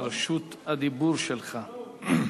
רשות הדיבור שלך.